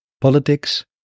politics